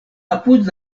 apud